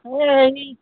এই হেৰি